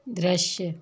दृश्य